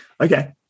Okay